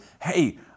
hey